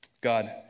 God